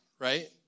right